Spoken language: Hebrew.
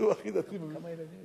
כמה ילדים יש לו?